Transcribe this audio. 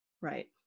right